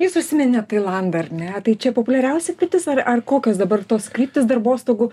jūs užsiminėt tailandą ar ne tai čia populiariausia kryptis ar ar kokios dabar tos kryptys darbostogų